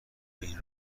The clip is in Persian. این